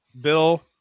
bill